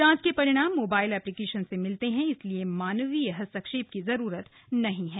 जांच के परिणाम मोबाइल ऐप्लीकेशन से मिलते हैं इसलिए मानवीय हस्तक्षेप की जरूरत नहीं होती